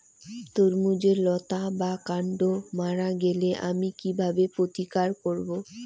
তরমুজের লতা বা কান্ড মারা গেলে আমি কীভাবে প্রতিকার করব?